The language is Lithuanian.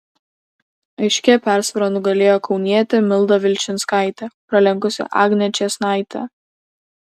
aiškia persvara nugalėjo kaunietė milda vilčinskaitė pralenkusi agnę čėsnaitę